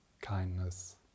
kindness